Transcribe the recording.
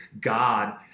God